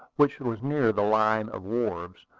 which was near the line of wharves,